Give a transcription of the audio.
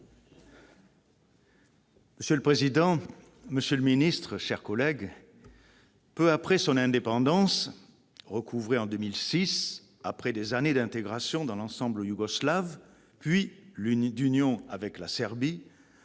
Monsieur le président, monsieur le secrétaire d'État, mes chers collègues, peu après son indépendance, recouvrée en 2006 après des années d'intégration dans l'ensemble yougoslave puis d'union avec la Serbie,